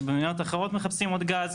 שבמדינות אחרות מחפשים עוד גז.